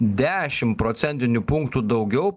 dešim procentinių punktų daugiau